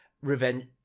revenge